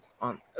on